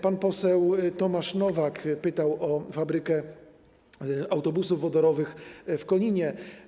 Pan poseł Tomasz Nowak pytał o fabrykę autobusów wodorowych w Koninie.